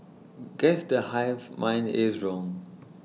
guess the hive mind is wrong